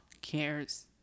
cares